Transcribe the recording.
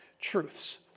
truths